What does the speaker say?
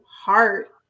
heart